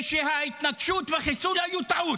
ושההתנקשות והחיסול היו טעות.